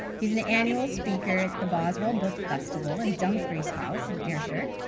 he's an annual speaker at the boswell book festival in dumfries house, in ayrshire,